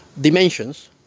dimensions